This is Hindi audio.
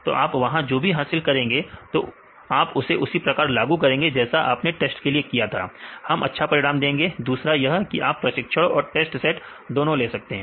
तो आप वहां जो भी हासिल करेंगे तो आप उसे उसी प्रकार लागू करेंगे जैसा आपने टेस्ट के लिए किया था हम अच्छा परिणाम देंगे दूसरा यह कि आप प्रशिक्षण और टेस्ट सेट दोनों ले सकते है